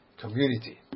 community